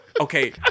Okay